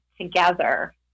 together